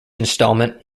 installment